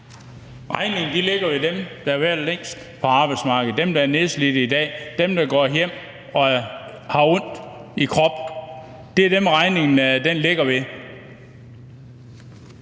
Regningen ligger jo hos dem, der har været længst på arbejdsmarkedet, dem, der er nedslidt i dag, dem, der går hjem og har ondt i kroppen. Det er dem, regningen ligger hos.